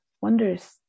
wonders